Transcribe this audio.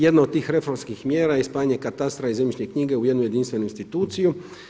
Jedna od tih reformskih mjera je spajanje katastra i zemljišne knjige u jednu jedinstvenu instituciju.